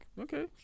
Okay